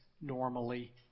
normally